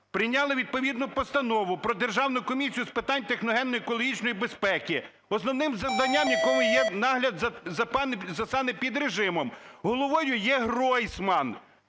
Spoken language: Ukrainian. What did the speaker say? прийняли відповідну Постанову про Державну комісію з питань техногенної екологічної безпеки, основним завданням якої є нагляд за санепідрежимом. Головою є Гройсман.